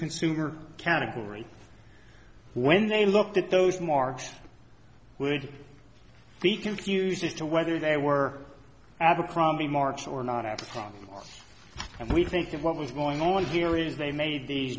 consumer category when they looked at those marks would be confused as to whether they were abercrombie march or not after and we think of what was going on here is they made these